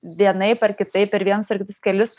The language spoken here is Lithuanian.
vienaip ar kitaip per vienus ar kitus kelius